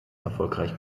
erfolgreich